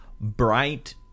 bright